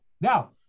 now